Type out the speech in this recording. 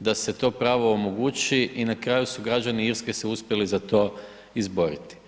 da se to pravo omogući i na kraju su građani Irske se uspjeli za to izboriti.